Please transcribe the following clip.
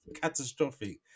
catastrophic